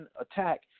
attack